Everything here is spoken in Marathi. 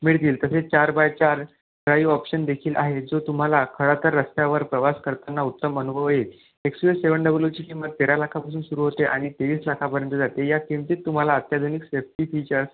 मिळतील तसेच चार बाय चार ड्राईव ऑप्शन देखील आहे जो तुम्हाला खडतर रस्त्यावर प्रवास करताना उत्तम अनुभव येईल X U V seven double ओची किंमत तेरा लाखापासून सुरू होते आणि तेवीस लाखापर्यंत जाते या किंमतीत तुम्हाला अत्याधुनिक सेफ्टी फीचर्स